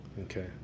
Okay